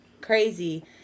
crazy